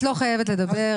את לא חייבת לדבר,